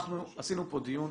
אנחנו קיימנו פה דיון,